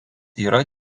yra